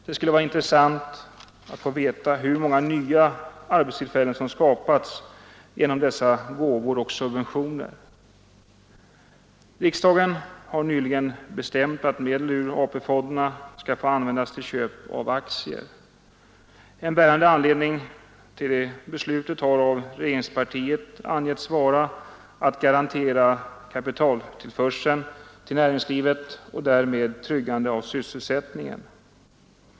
Det skulle vara intressant att få veta hur många nya arbetstillfällen som skapats genom dessa gåvor och subventioner. Riksdagen har nyligen bestämt att medel ur AP-fonderna skall få användas till köp av aktier. En bärande anledning till det beslutet har regeringspartiet angett vara att kapitalförsörjningen till näringslivet skall garanteras och att därmed sysselsättningen tryggas.